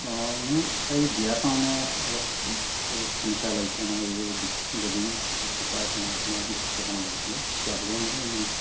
অঁ মোৰ এই বিয়াৰ কাৰণে অলপ ফাৰ্ণিচাৰ লাগিছিলে মানে এই বিছ বেডিং আৰু চুপাৰ তেনেকুৱা ধৰণৰ বস্তু কেইটামান লাগিছিলে পোৱা হ'ব নহয়